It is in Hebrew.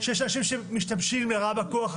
שיש אנשים שמשתמשים לרעה בכוח.